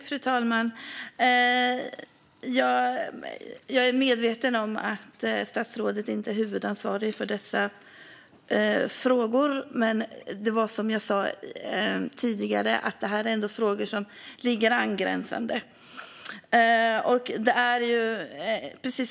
Fru talman! Jag är medveten om att statsrådet inte är huvudansvarig för dessa frågor, men som jag sa tidigare är det här ändå frågor som angränsar till statsrådets ansvarsområde.